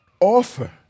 offer